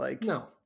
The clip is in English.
No